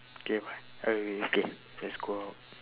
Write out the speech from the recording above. okay bye okay let's go out